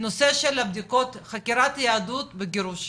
נושא של בדיקות חקירת יהדות וגירושין,